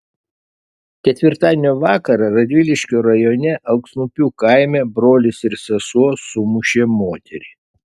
ketvirtadienio vakarą radviliškio rajone alksniupių kaime brolis ir sesuo sumušė moterį